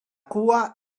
cua